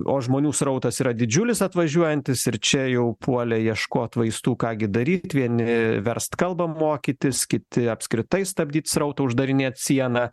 o žmonių srautas yra didžiulis atvažiuojantis ir čia jau puolė ieškot vaistų ką gi daryt vieni verst kalbą mokytis kiti apskritai stabdyt srautą uždarinėt sieną